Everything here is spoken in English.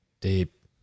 Deep